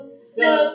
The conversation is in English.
no